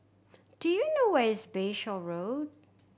do you know where is Bayshore Road